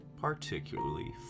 particularly